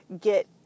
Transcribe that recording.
get